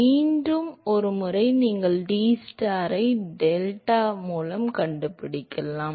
மீண்டும் ஒருமுறை நீங்கள் டிஸ்டார் டிடிஸ்டாரை டெட்டா மூலம் கண்டுபிடிக்கலாம்